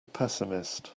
pessimist